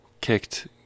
kicked